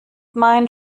mein